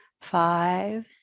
five